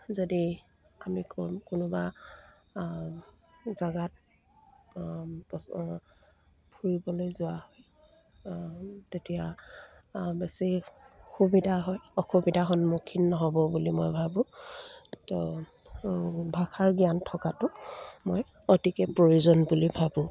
যদি আমি কোনোবা জেগাত ফুৰিবলৈ যোৱা হয় তেতিয়া বেছি সুবিধা হয় অসুবিধা সন্মুখীন নহ'ব বুলি মই ভাবোঁ তো ভাষাৰ জ্ঞান থকাটো মই অতিকৈ প্ৰয়োজন বুলি ভাবোঁ